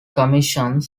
commission